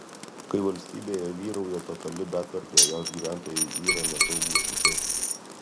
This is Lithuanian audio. kai valstybėje vyrauja totali betvarkė jos gyventojai yra nesaugūs visur